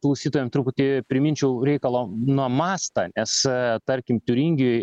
klausytojam truputį priminčiau reikalo na mastą nes tarkim tiuringijoj